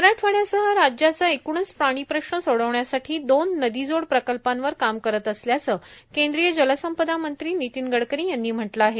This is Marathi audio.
मराठवाड्यासह राज्याचा एकूणच पाणी प्रश्न सोडवण्यासाठी दोन नदीजोड प्रकल्पांवर काम करत असल्याचं केंद्रीय जलसंपदा मंत्री नितीन गडकरी यांनी म्हटलं आहे